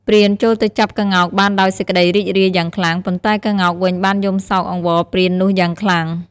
ព្រានចូលទៅចាប់ក្ងោកបានដោយសេចក្ដីរីករាយយ៉ាងខ្លាំង ប៉ុន្តែក្ងោកវិញបានយំសោកអង្វរព្រាននោះយ៉ាងខ្លាំង។